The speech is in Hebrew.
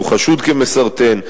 שהוא חשוד כמסרטן,